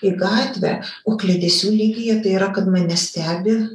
į gatvę o kliedesių lygyje tai yra kad mane stebi